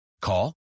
Call